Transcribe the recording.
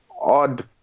odd